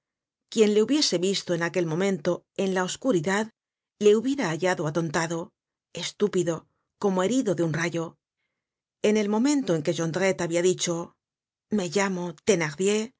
quien le hubiese visto en aquel momento en la oscuridad le hubfera hallado atontado estúpido como herido de un rayo en el momento en que jondrette habia dicho me llamo thenardier mario